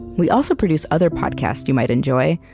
we also produce other podcasts you might enjoy,